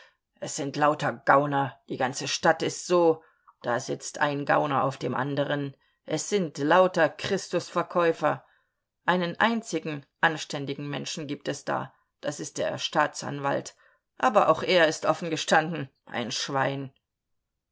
es sind lauter gauner die ganze stadt ist so da sitzt ein gauner auf dem anderen es sind lauter christusverkäufer einen einzigen anständigen menschen gibt es da das ist der staatsanwalt aber auch er ist offen gestanden ein schwein